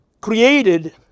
created